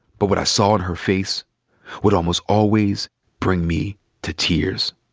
but what i saw in her face would almost always bring me to tears.